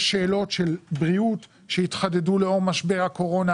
יש שאלות של בריאות שהתחדדו לאור משבר הקורונה